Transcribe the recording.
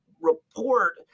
report